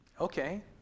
Okay